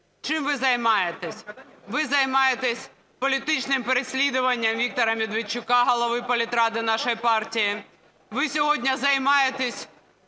Чим ви займаєтесь? Ви займаєтесь політичним переслідуванням Віктора Медведчука, голови політради нашої партії. Ви сьогодні займаєтесь